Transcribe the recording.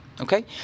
Okay